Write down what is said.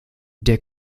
der